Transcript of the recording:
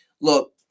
Look